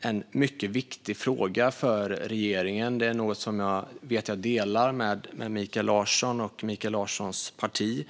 en mycket viktig fråga för regeringen. Det är en uppfattning som jag vet att jag delar med Mikael Larsson och Mikael Larssons parti.